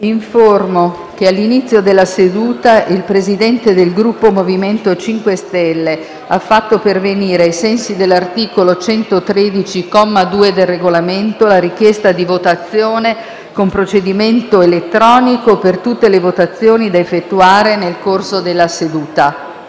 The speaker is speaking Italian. che all'inizio della seduta il Presidente del Gruppo MoVimento 5 Stelle ha fatto pervenire, ai sensi dell'articolo 113, comma 2, del Regolamento, la richiesta di votazione con procedimento elettronico per tutte le votazioni da effettuare nel corso della seduta.